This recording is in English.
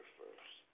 first